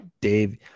Dave